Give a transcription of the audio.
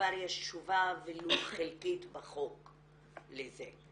כבר יש תשובה ולו חלקית בחוק לזה.